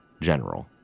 general